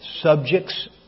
subjects